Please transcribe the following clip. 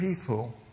people